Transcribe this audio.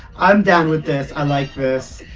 i'm down with this i like this!